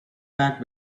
back